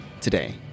today